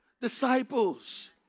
disciples